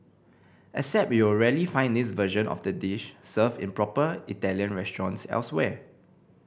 except you'll rarely find this version of the dish served in proper Italian restaurants elsewhere